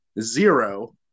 zero